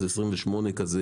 28 כזה,